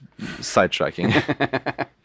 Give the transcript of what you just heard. sidetracking